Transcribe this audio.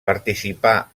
participà